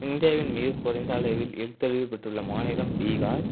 இந்தியாவின் மிகக் குறைந்த அளவில் எழுத்தறிவு பெற்றுள்ள மாநிலம் பீகார்